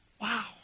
Wow